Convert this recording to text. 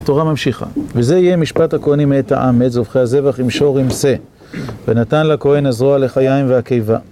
התורה ממשיכה: וזה יהיה משפט הכוהנים מאת העם, מאת זובחי הזבח אם שור אם שה, ונתן לכהן הזרוע והלחיים והקיבה